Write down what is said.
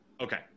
Okay